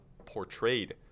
Portrayed